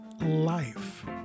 life